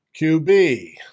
QB